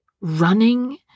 running